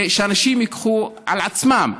שאנשים ייקחו על עצמם,